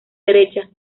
derecha